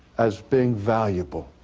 as being valuable?